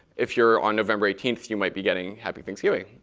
if you're on november eighteenth, you might be getting happy thanksgiving.